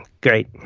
Great